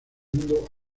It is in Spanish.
mundo